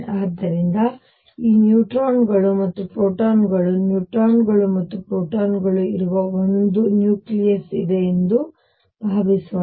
ಆದ್ದರಿಂದ ಈ ನ್ಯೂಟ್ರಾನ್ಗಳು ಮತ್ತು ಪ್ರೋಟಾನ್ಗಳು ನ್ಯೂಟ್ರಾನ್ಗಳು ಮತ್ತು ಪ್ರೋಟಾನ್ಗಳು ಇರುವ ಒಂದು ನ್ಯೂಕ್ಲಿಯಸ್ ಇದೆ ಎಂದು ಭಾವಿಸೋಣ